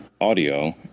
audio